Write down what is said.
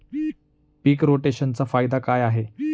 पीक रोटेशनचा फायदा काय आहे?